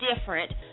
different